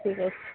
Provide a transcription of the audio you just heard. ঠিক আছে